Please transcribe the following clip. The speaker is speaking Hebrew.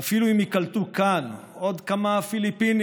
ואפילו אם ייקלטו כאן עוד כמה פיליפינים,